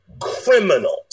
criminals